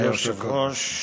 אדוני היושב-ראש,